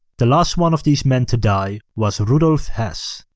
the last one of these men to die was rudolf hess.